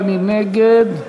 (תיקון,